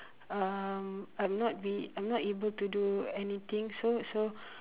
um I'm not be I'm not able to do anything so so